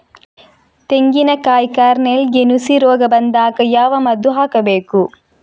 ತೆಂಗಿನ ಕಾಯಿ ಕಾರ್ನೆಲ್ಗೆ ನುಸಿ ರೋಗ ಬಂದಾಗ ಯಾವ ಮದ್ದು ಹಾಕಬೇಕು?